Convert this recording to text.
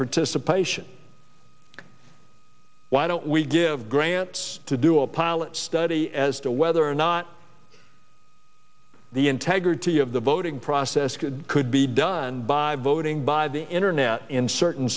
participation why don't we give grants to do a pilot study as to whether or not the integrity of the voting process could could be done by voting by the internet in certain